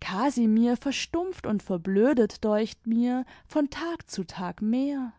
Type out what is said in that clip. casimir verstumpft und verblödet deucht mir von tag zu tag mehr